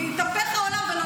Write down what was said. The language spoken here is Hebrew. יתהפך העולם ואנחנו לא נעשה.